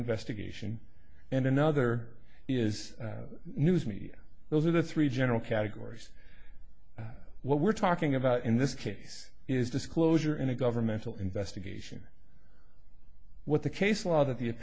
investigation and another is newsmedia those are the three general categories what we're talking about in this case is disclosure in a governmental investigation what the case law that the